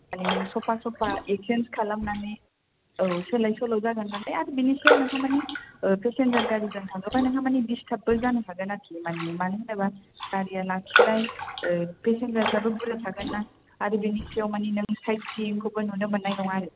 माने नों सफा सफा एक्सचेन्ज खालामनानै औ सोलाय सोल' जागोन माने आरो बेनि सायाव नोंहा माने पेसेन्जार गारिजों थाङोब्ला नोंहा माने डिस्टार्बबो जानो हागोन आरोखि माने मानो होनोब्ला गारिया लाखिलाय पेसेन्जारफ्राबो बुरजा थागोन ना आरो बेनि सायाव मानि नों सायड सिनखौबो नुनो मोननाय नङा आरो